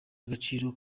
agaciro